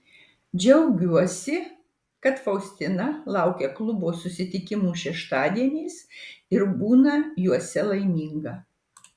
džiaugiuosi kad faustina laukia klubo susitikimų šeštadieniais ir būna juose laiminga